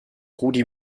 rudi